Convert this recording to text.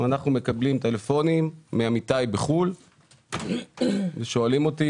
אנחנו מקבלים טלפונים מעמיתיי בחו"ל ושואלים אותנו